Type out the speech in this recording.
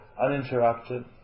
uninterrupted